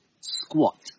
squat